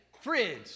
Fridge